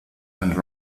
and